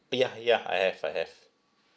yeah yeah I have I have